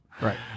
Right